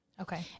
Okay